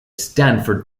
stanford